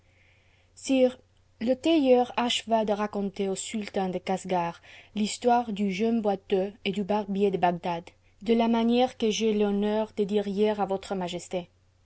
sire le tailleur acheva de raconter au sultan de casgar l'histoire du jeune boiteux et du barbier de bagdad de la manière que j'eus l'honneur de dire hier à votre majesté